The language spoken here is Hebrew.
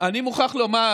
אני מוכרח לומר,